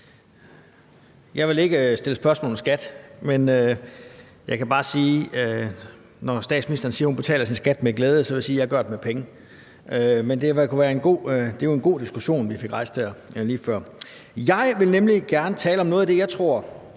Jeg vil ikke stille spørgsmål om skat, men når statsministeren siger, at hun betaler sin skat med glæde, kan jeg sige, at jeg gør det med penge. Men det var jo en god diskussion, vi fik rejst der lige før. Jeg vil nemlig gerne tale om noget af det, jeg tror